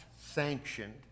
sanctioned